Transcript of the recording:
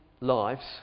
lives